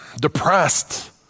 depressed